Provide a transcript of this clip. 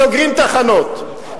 סוגרים תחנות,